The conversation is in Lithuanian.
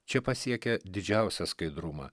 čia pasiekia didžiausią skaidrumą